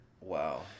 wow